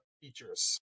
features